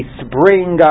spring